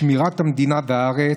שמירת המדינה והארץ,